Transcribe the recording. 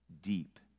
deep